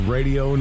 Radio